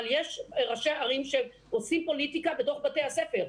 אבל יש ראשי ערים שעושים פוליטיקה בתוך בתי הספר.